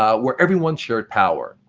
ah where everyone shared power.